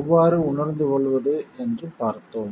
எவ்வாறு உணர்ந்து கொள்வது என்று பார்த்தோம்